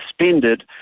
suspended